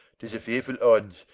tis a fearefull oddes.